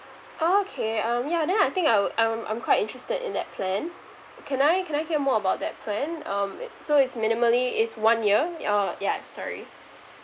okay um ya then I think I would I'm I'm quite interested in that plan can I can I get more about that plan um it so it's minimally is one year oh yeah sorry